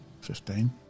Fifteen